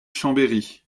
chambéry